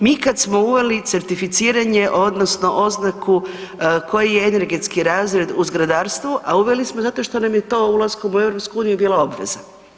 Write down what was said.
Mi kad smo uveli certificiranje odnosno oznaku koji je energetski razred u zgradarstvu, a uveli smo zato što nam je to ulaskom u EU bila obveza.